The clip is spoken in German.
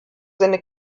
seine